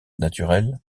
naturel